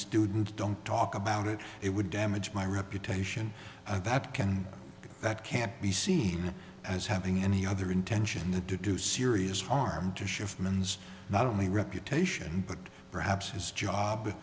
students don't talk about it it would damage my reputation i that can that can't be seen as having any other intention to do serious harm to shift men's not only reputation but perhaps his job